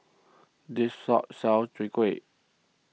this shop sells Chwee Kueh